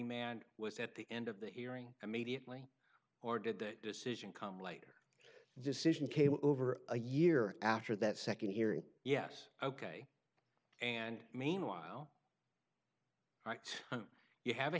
man was at the end of the hearing immediately or did that decision come later a decision came over a year after that second hearing yes ok and meanwhile right you have a